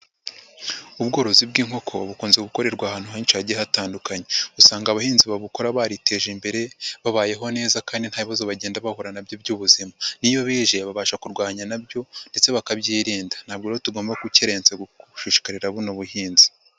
Ubworozi bw'inkoko bukunze gukorerwa ahantu henshi hagiye hatandukanye. Usanga abahinzi babukora bariteje imbere, babayeho neza kandi nta bibazo bagenda bahura na byo by'ubuzima. Niyo bije babasha kurwanya na byo ndetse bakabyirinda. Ntabwo rero tugomba gukerensa gushishikarira bubona ubuhinzi.